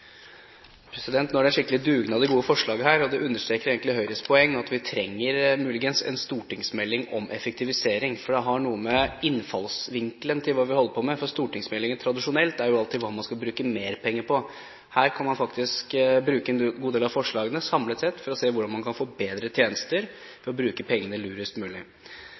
en skikkelig dugnad i gode forslag her, og det understreker egentlig Høyres poeng, at vi muligens trenger en stortingsmelding om effektivisering. Det har noe å gjøre med innfallsvinkelen til hva vi holder på med, for stortingsmeldinger tradisjonelt handler jo alltid om hva man skal bruke mer penger på. Her kan man faktisk bruke en god del av forslagene samlet sett for å se på hvordan man kan få bedre tjenester ved å bruke pengene lurest mulig.